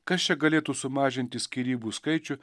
kas čia galėtų sumažinti skyrybų skaičių